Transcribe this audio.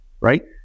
right